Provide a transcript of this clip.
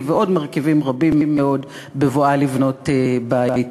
ועוד מרכיבים רבים מאוד בבואה לבנות בית.